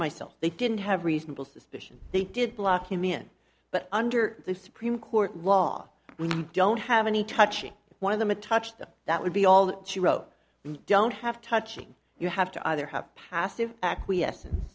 myself they didn't have reasonable suspicion they did block him in but under the supreme court law we don't have any touching one of them a touched that would be all she wrote we don't have touching you have to either have passive acquiesce